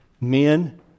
Men